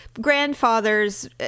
grandfathers